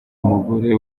umugore